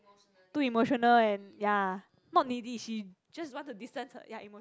too emotional and ya not needy she just want to distance her ya emotions